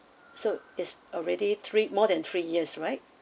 so is already three more than three years right